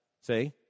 See